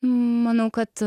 manau kad